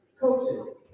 coaches